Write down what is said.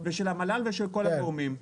של המל"ל ושל כל הגורמים.